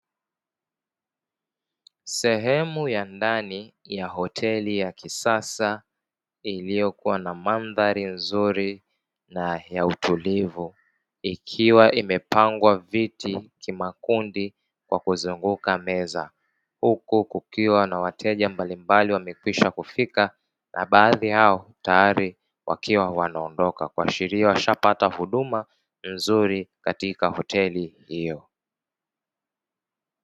Sehemu ya ndani ya hoteli ya kisasa iliyokua na mandhari nzuri na ya utulivu ikiwa imepangwa viti kimakundi kwa kuzunguka meza, huku kukiwa an wateja mbalimbali waliokwisha kufika, huku baadhi yao wakiwa wanaondoka ikishiria kwamba wamepata huduma nzuri katika hoteli hiyo.